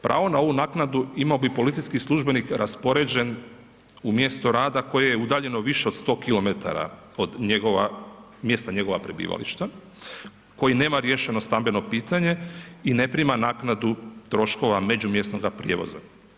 Pravo na ovu naknadu imao bi policijski službenik raspoređen u mjestu rada koje je udaljeno više od 100 km od mjesta njegova prebivališta koji nema riješeno stambeno pitanje i ne prima naknadu troškova međumjesnoga prijevoza.